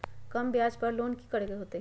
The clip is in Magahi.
कम ब्याज पर लोन की करे के होतई?